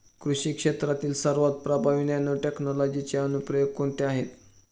कृषी क्षेत्रातील सर्वात प्रभावी नॅनोटेक्नॉलॉजीचे अनुप्रयोग कोणते आहेत?